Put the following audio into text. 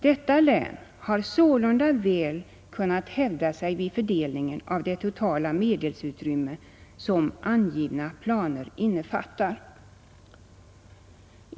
Detta län har sålunda väl kunnat hävda sig vid fördelningen av det totala medelsutrymme som angivna planer innefattar.